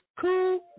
cool